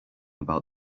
about